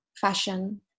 fashion